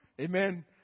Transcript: Amen